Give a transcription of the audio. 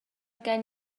gen